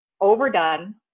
overdone